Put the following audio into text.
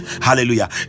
Hallelujah